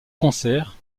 concert